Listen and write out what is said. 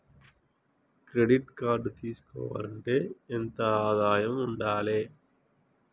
Credit card తీసుకోవాలంటే ఎంత ఆదాయం ఉండాలే?